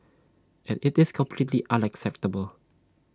and it's completely unacceptable